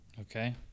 Okay